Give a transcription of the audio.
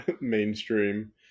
Mainstream